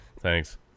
thanks